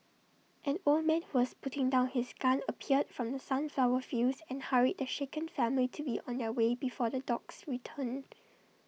an old man who was putting down his gun appeared from the sunflower fields and hurried the shaken family to be on their way before the dogs returned